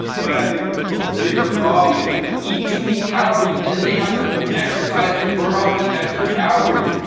but i think the bigger problem is people eat too many calories and then they have to exercise to burn off the extra calories.